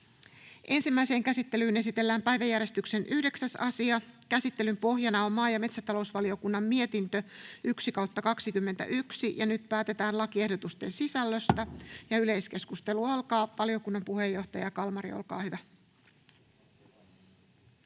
Ensimmäiseen käsittelyyn esitellään päiväjärjestyksen 9. asia. Käsittelyn pohjana on maa- ja metsätalousvaliokunnan mietintö MmVM 1/2021 vp. Nyt päätetään lakiehdotuksen sisällöstä. — Valiokunnan puheenjohtaja Kalmari, olkaa hyvä.